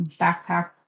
backpack